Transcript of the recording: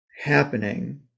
happening